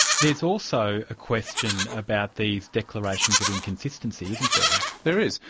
there's also a question about these declarations of inconsistency, isn't there? there is.